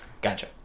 Gotcha